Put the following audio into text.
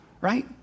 right